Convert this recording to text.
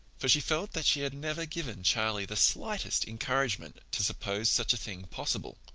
for she felt that she had never given charlie the slightest encouragement to suppose such a thing possible.